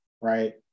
right